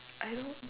I don't